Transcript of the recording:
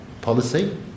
policy